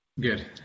good